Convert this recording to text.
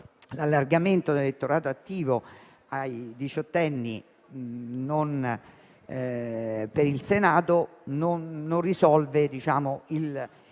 l'allargamento dell'elettorato attivo ai diciottenni per il Senato non risolve il problema